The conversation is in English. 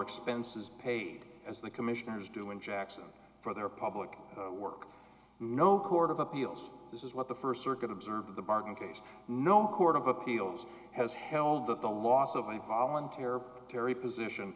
expenses paid as the commissioners do in jackson for their public work no court of appeals this is what the st circuit observed of the bargain case no heard of appeals has held that the loss of a volunteer terri position